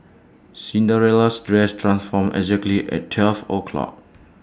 Cinderella's dress transformed exactly at twelve o'clock